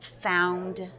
found